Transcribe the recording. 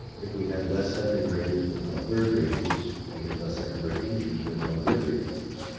if we had less second graders but more third graders, we had less second grade teachers, we had more third grade teachers.